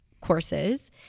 courses